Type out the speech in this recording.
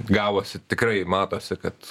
gavosi tikrai matosi kad